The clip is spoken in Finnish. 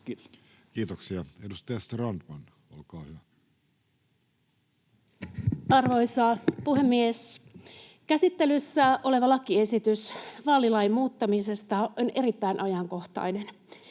muuttamisesta Time: 15:33 Content: Arvoisa puhemies! Käsittelyssä oleva lakiesitys vaalilain muuttamisesta on erittäin ajankohtainen.